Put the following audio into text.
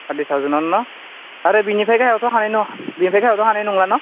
thirty थावजेनावनोन' आरो बिनिफ्राय गाहायावथ' हानाय नङा बिनिफ्राय गाहायावथ' हानाय नंला न'